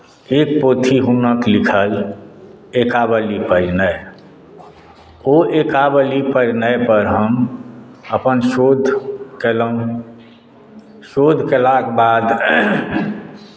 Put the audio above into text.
एक पोथी हुनक लिखल एकावली परिणय ओ एकावली परिणय पर हम अपन शोध कयलहुँ शोध कयलाक बाद